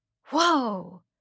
Whoa